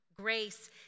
Grace